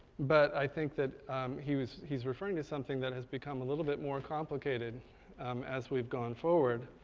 but i think that he's he's referring to something that has become a little bit more complicated as we've gone forward.